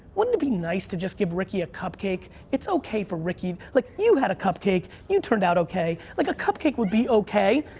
wouldn't it be nice to just give ricky a cupcake. it's okay for ricky. like you had a cupcake. you turned out okay. like, a cupcake would be okay.